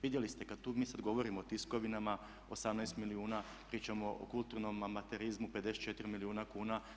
Vidjeli ste kad tu mi sad govorimo o tiskovinama 18 milijuna, pričamo o kulturnom amaterizmu 54 milijuna kuna.